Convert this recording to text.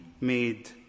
made